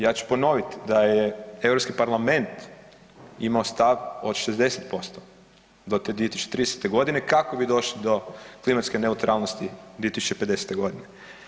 Ja ću ponoviti da je Europski parlament imao stav od 60% do te 2030. godine kako bi došli do klimatske neutralnosti 2050. godine.